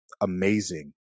amazing